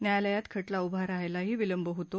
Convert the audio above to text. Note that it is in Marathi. न्यायालयात खटला उभा रहायलाही विलंब होतो